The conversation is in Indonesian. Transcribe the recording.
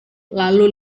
lalu